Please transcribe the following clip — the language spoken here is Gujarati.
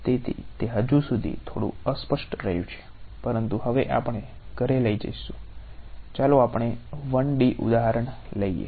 તેથી તે હજી સુધી થોડું અસ્પષ્ટ રહ્યું છે પરંતુ હવે આપણે ઘરે જઈશું ચાલો આપણે 1D ઉદાહરણ લઈએ